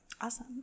awesome